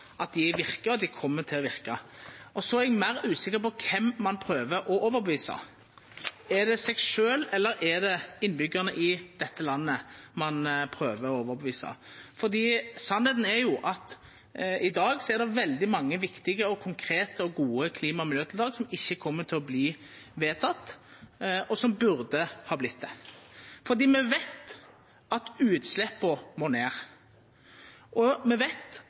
at dei kjem til å verka. Så er eg meir usikker på kven ein prøver å overtyda. Er det seg sjølv, eller er det innbyggjarane i dette landet ein prøver å overtyda? Sanninga er jo at i dag er det veldig mange viktige, konkrete og gode klima- og miljøtiltak som ikkje kjem til å verta vedtekne, men som burde ha vorte det. For me veit at utsleppa må ned, og me veit